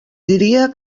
diria